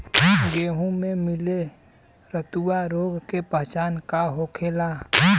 गेहूँ में पिले रतुआ रोग के पहचान का होखेला?